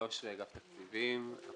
אגף התקציבים, משרד האוצר.